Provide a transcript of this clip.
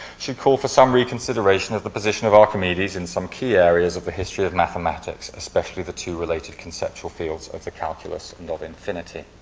should call for some reconsideration of the position of archimedes in some key areas of the history of mathematics, especially the two related conceptual fields of the calculous, and of infinity.